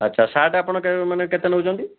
ଆଚ୍ଛା ସାର୍ଟ୍ ଆପଣ ମାନେ କେତେ ନେଉଛନ୍ତି